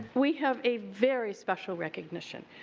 we have a very special recognition.